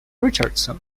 richardson